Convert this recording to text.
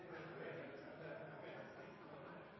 presentere